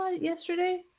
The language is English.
yesterday